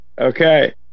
Okay